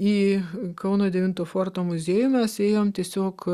į kauno devinto forto muziejų mes ėjom tiesiog